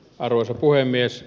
arvoisa puhemies